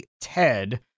Ted